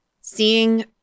seeing